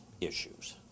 issues